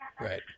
Right